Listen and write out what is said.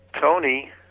Tony